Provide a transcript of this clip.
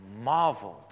marveled